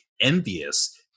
envious